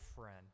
friend